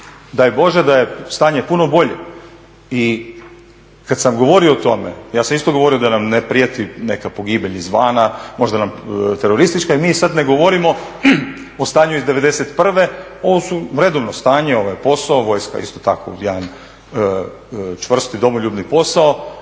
Daj Bože da je stanje puno bolje. I kad sam govorio o tome, ja sam isto govorio da nam ne prijeti neka pogibelj izvana, možda nam teroristička i mi sad ne govorimo o stanju iz '91., ovo su redovno stanje, ovo je posao, vojska isto tako jedan čvrsti, domoljubni posao